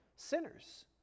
Sinners